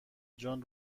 جان